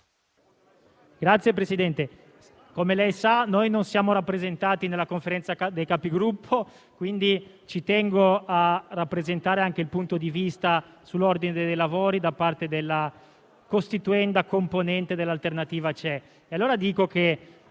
Signora Presidente, come lei sa noi non siamo rappresentati nella Conferenza dei Capigruppo, quindi ci tengo a evidenziare anche il punto di vista sull'ordine dei lavori della costituenda componente L'Alternativa C'è.